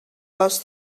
vols